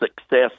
success